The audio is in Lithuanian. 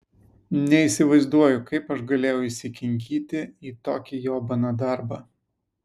neįsivaizduoju kaip aš galėjau įsikinkyti į tokį jobaną darbą